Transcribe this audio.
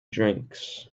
drinks